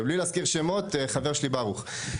"בלי להזכיר שמות, חבר שלי ברוך".